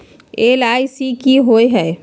LIC की होअ हई?